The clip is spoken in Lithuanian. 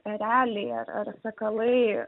ereliai ar ar sakalai